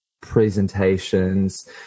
presentations